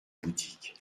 boutique